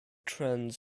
trends